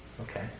Okay